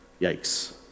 Yikes